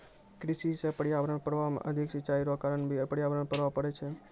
कृषि से पर्यावरण पर प्रभाव मे अधिक सिचाई रो कारण भी पर्यावरण पर प्रभाव पड़ै छै